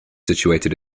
situated